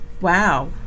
Wow